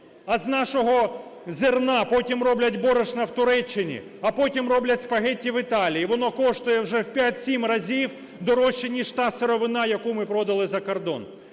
А з нашого зерна потім роблять борошно в Туреччині, а потім роблять спагеті в Італії, воно коштує уже в 5-7 разів дорожче, ніж та сировина, яку ми продали за кордон.